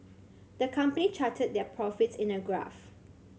the company charted their profits in a graph